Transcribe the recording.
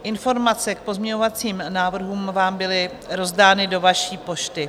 Informace k pozměňovacím návrhům vám byly rozdány do vaší pošty.